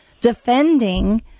defending